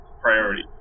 Priority